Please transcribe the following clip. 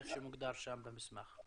כמו שהוא מוגדר שם במסמך.